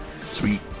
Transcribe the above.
Sweet